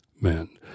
men